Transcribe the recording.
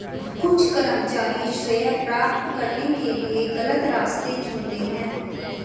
कुछ कर्मचारी श्रेय प्राप्त करने के लिए गलत रास्ते चुनते हैं